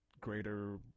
greater